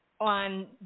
on